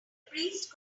priest